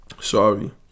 Sorry